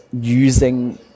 using